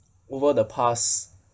over the past